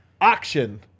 auction